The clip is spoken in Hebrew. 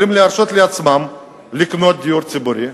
יכולים להרשות לעצמם לקנות דיור ציבורי.